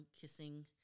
kissing